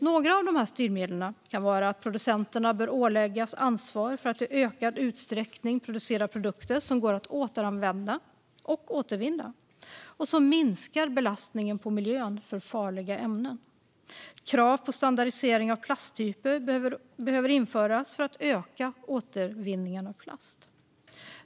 Exempel på styrmedel kan vara att producenterna åläggs ansvar för att i ökad utsträckning producera produkter som går att återanvända och återvinna och som minskar belastningen på miljön från farliga ämnen samt att krav på standardisering av plasttyper införs för att öka återvinningen av plast.